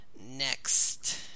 Next